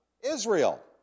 Israel